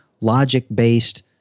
logic-based